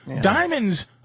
Diamonds